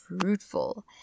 fruitful